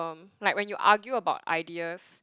like when you argue about ideas